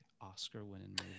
Oscar-winning